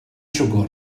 siwgr